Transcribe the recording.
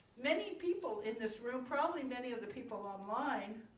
many people in this room, probably many of the people online,